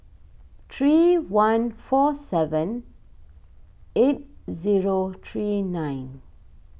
three one four seven eight zero three nine